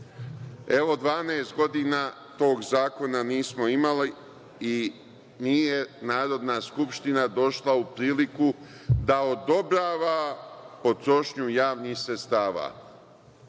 Evo, 12 godina tog zakona nismo imali i nije Narodna skupština došla u priliku da odobrava potrošnju javnih sredstava,